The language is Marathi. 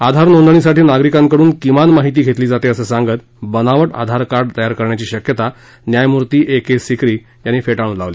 आधार नोंदणीसाठी नागरिकांकडून किमान माहिती घेतली जाते असं सांगत बनावट आधार कार्ड तयार करण्याची शक्यता न्यायमूर्ती ए के सिक्री यांनी फेटाळून लावली